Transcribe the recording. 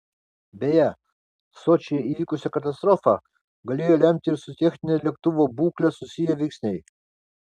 beje sočyje įvykusią katastrofą galėjo lemti ir su technine lėktuvo būkle susiję veiksniai